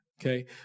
Okay